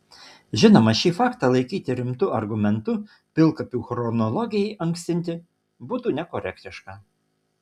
žinoma šį faktą laikyti rimtu argumentu pilkapių chronologijai ankstinti būtų nekorektiška